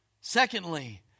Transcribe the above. Secondly